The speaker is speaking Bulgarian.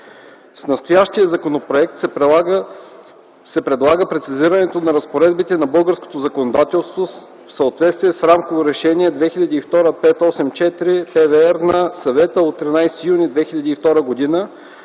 С настоящия законопроект се предлага прецизирането на разпоредбите на българското законодателство в съответствие с Рамково решение 2002/584/ПВР на Съвета от 13 юни 2002 г.